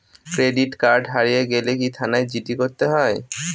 Credit card হারিয়ে গেলে কি থানায় জি.ডি করতে হয়?